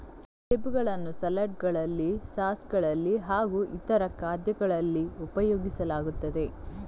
ಸೇಬುಗಳನ್ನು ಸಲಾಡ್ ಗಳಲ್ಲಿ ಸಾಸ್ ಗಳಲ್ಲಿ ಹಾಗೂ ಇತರ ಖಾದ್ಯಗಳಲ್ಲಿ ಉಪಯೋಗಿಸಲಾಗುತ್ತದೆ